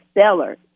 seller